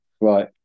Right